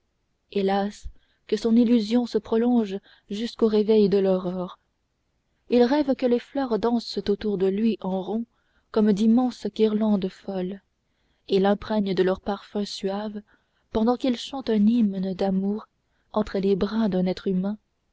hélas que son illusion se prolonge jusqu'au réveil de l'aurore il rêve que les fleurs dansent autour de lui en rond comme d'immenses guirlandes folles et l'imprègnent de leurs parfums suaves pendant qu'il chante un hymne d'amour entre les bras d'un être humain